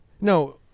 No